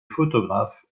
photographe